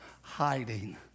hiding